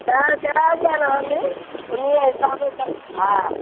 ॾह ॾह ॼणा आहिनि उन्हीअ हिसाब सां हा